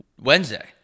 Wednesday